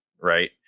right